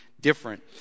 different